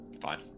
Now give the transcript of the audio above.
Fine